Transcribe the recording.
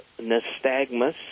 nystagmus